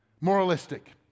Moralistic